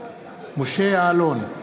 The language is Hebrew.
משה יעלון,